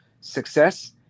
success